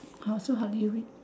I also hardly read